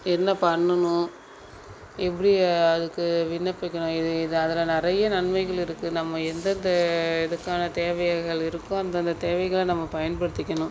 என்ன பண்ணுனும் எப்படி அதுக்கு விண்ணப்பிக்கணும் இது இது அதில் நிறைய நன்மைகள் இருக்குது நம்ம எந்தந்த இதுக்கான தேவைகள் இருக்கோ அந்தந்த தேவைகளை நம்ம பயன்படுத்திக்கணும்